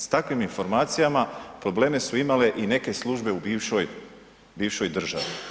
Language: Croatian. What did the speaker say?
S takvim informacijama probleme su imale i neke službe u bivšoj, bivšoj državi.